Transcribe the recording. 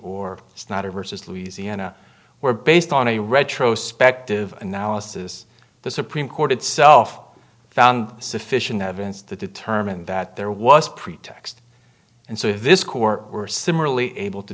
it's not a versus louisiana where based on a retrospectively analysis the supreme court itself found sufficient evidence to determine that there was pretext and so this court were similarly able to